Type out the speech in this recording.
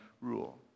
rule